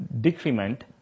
decrement